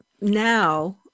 now